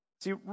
See